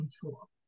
tool